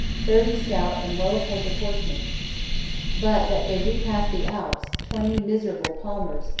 thirty stout and well-appointed horsemen but that they repassed the alps, twenty miserable palmers,